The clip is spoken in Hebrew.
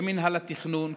במינהל התכנון,